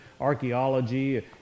archaeology